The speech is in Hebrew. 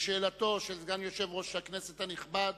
שאלתו של סגן יושב-ראש הכנסת הנכבד,